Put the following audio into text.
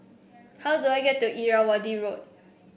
how do I get to Irrawaddy Road